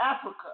Africa